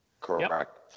Correct